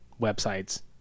websites